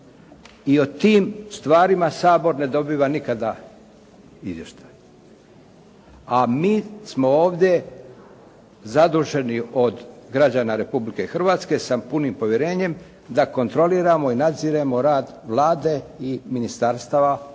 I o tim stvarima Sabor ne dobiva nikada izvještaj. A mi smo ovdje zaduženi od građana Republike Hrvatske sa punim povjerenjem da kontroliramo i nadziremo rad Vlade i ministarstava a